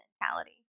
mentality